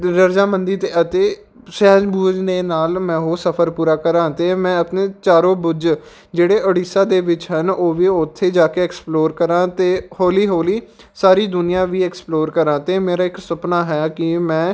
ਰਜਾਮੰਦੀ ਤੇ ਅਤੇ ਸੂਝਬੂਝ ਦੇ ਨਾਲ ਮੈਂ ਉਹ ਸਫ਼ਰ ਪੂਰਾ ਕਰਾ ਅਤੇ ਮੈਂ ਆਪਣੇ ਚਾਰੋਂ ਬੁਰਜ ਜਿਹੜੇ ਉੜੀਸਾ ਦੇ ਵਿੱਚ ਹਨ ਉਹ ਵੀ ਉੱਥੇ ਜਾ ਕੇ ਐਕਸਪਲੋਰ ਕਰਾਂ ਅਤੇ ਹੌਲੀ ਹੌਲੀ ਸਾਰੀ ਦੁਨੀਆ ਵੀ ਐਕਸਪਲੋਰ ਕਰਾਂ ਅਤੇ ਮੇਰਾ ਇੱਕ ਸੁਪਨਾ ਹੈ ਕਿ ਮੈਂ